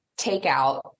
takeout